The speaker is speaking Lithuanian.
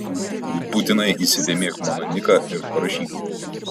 būtinai įsidėmėk mano niką ir parašyk